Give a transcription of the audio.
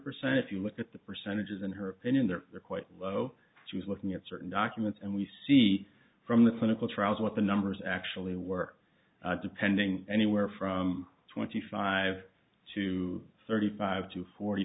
percent if you look at the percentages in her opinion there are quite low she was looking at certain documents and we see from the clinical trials what the numbers actually were depending anywhere from twenty five to thirty five to forty